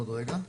עוד רגע.